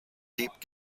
deep